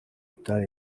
iptal